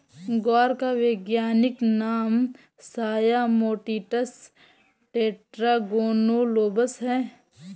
ग्वार का वैज्ञानिक नाम साया मोटिसस टेट्रागोनोलोबस है